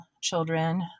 children